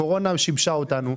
הקורונה שיבשה אותנו.